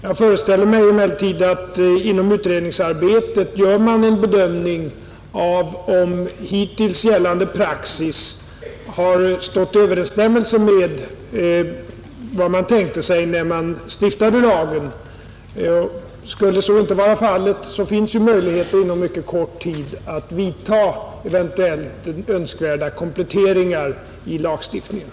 Jag föreställer mig emellertid att man inom utredningsarbetet gör en bedömning av om hittills gällande praxis har stått i överensstämmelse med vad lagstiftarna tänkte sig. Skulle så inte vara fallet, finns ju möjligheter inom mycket kort tid att vidta eventuellt önskvärda kompletteringar i lagstiftningen.